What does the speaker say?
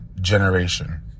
generation